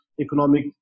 economic